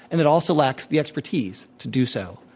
and it also lacks the expertise to do so.